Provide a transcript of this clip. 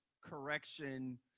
correction